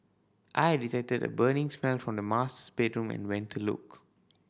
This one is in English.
I detected a burning smell from the master bedroom and went to look